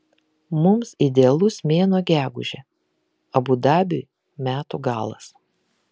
mums idealus mėnuo gegužė abu dabiui metų galas